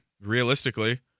realistically